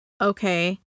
Okay